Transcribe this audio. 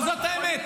אבל זאת האמת.